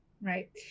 right